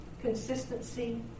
consistency